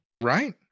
Right